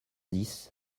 dix